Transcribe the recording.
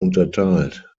unterteilt